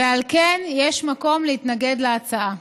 ועל כן יש מקום להתנגד להצעה.